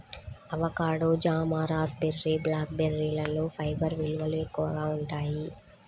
avocado, జామ, raspberry, black బెర్రీలలో fibre విలువలు ఎక్కువగా ఉంటాయి